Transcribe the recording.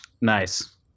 Nice